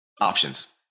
options